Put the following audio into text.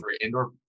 Indoor